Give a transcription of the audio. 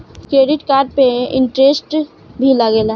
Credit card पे interest भी लागेला?